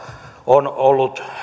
on ollut